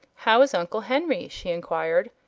how is uncle henry? she enquired,